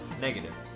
Negative